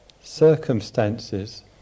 circumstances